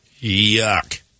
Yuck